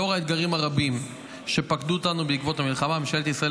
לאור האתגרים הרבים שפקדו אותנו בעקבות המלחמה ממשלת ישראל